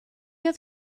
oedd